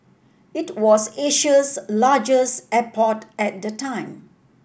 it was Asia's largest airport at the time